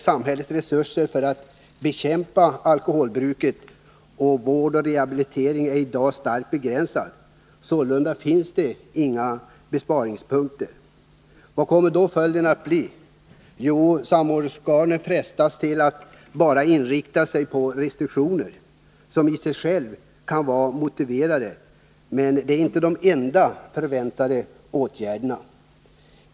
Samhällets resurser för att bekämpa alkoholbruket och för vård och rehabilitering är i dag starkt begränsade. Sålunda finns det inga besparingspunkter. Vad kommer då följden att bli? Jo, samordningsorganet frestas till att bara inrikta sig på restriktioner. Dessa kan i sig vara motiverade, men det är inte de enda förväntade åtgärderna.